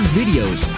videos